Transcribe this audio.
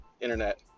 internet